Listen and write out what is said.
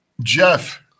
jeff